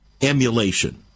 emulation